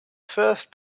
first